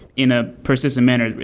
in a persistent manner,